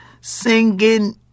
singing